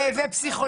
פרופ'